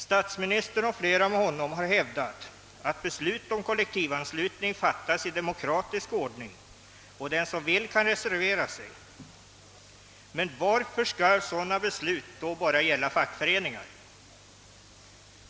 Statsministern och flera med honom har hävdat att beslut om kollektivanslutning fattas i demokratisk ordning och att den som vill kan reservera sig, men varför skall sådana beslut då bara gälla fackföreningarna?